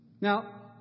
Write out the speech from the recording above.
Now